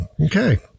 Okay